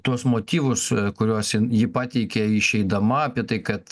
tuos motyvus kuriuos ji pateikė išeidama apie tai kad